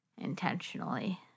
Intentionally